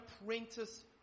apprentice